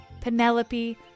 Penelope